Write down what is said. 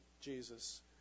Jesus